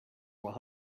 were